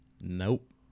Nope